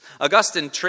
Augustine